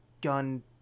gun